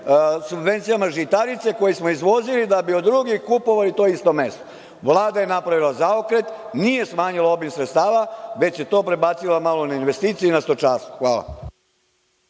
subvencijama žitarica koje smo izvozili da bi od drugih kupovali to isto meso. Vlada je napravila zaokret, nije smanjila obim sredstava, već je to prebacila malo na investicije i na stočarstvo. Hvala.